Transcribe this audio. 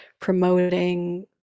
promoting